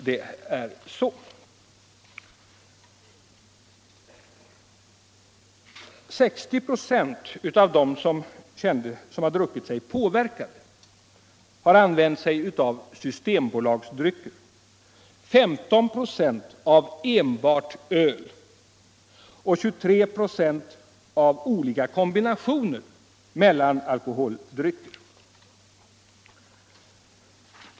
60 96 av dem som druckit sig påverkade har använt sig av systembolagsdrycker, 15 96 av enbart öl och 23 26 av olika kombinationer av alkoholdrycker.